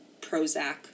Prozac